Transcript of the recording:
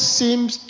seems